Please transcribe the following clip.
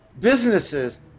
businesses